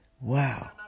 Wow